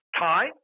time